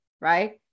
right